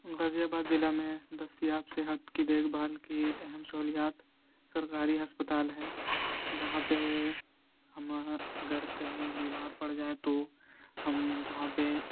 غازی آباد ضلع میں دستیاب صحت کی دیکھ بھال کی اہم سہولیات سرکاری ہسپتال ہے جہاں پہ ہم اگر کہیں بیمار پڑ جائیں تو ہم وہاں پہ